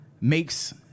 makes